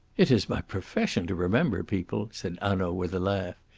it is my profession to remember people, said hanaud, with a laugh.